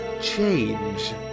change